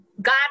God